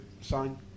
sign